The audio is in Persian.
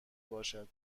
باشد